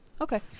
Okay